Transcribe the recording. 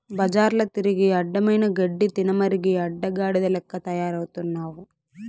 బజార్ల తిరిగి అడ్డమైన గడ్డి తినమరిగి అడ్డగాడిద లెక్క తయారవుతున్నావు